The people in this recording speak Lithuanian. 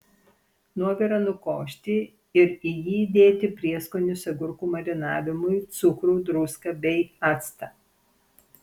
nuovirą nukošti ir į jį įdėti prieskonius agurkų marinavimui cukrų druską bei actą